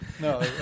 No